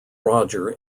roger